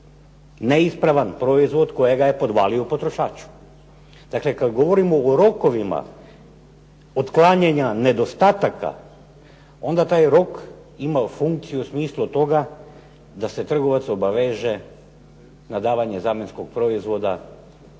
neispravan proizvod kojega je podvalio potrošač. Dakle, kad govorimo o rokovima otklanjanja nedostataka onda taj rok ima funkciju u smislu toga da se trgovac obaveže na davanje zamjenskog proizvoda ako